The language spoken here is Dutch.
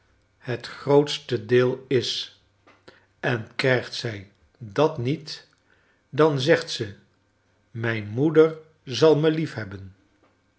het grootste deel is en krijgt zij dat niet dan zegt ze mijn moeder zal me